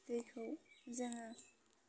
दैखौ जोङो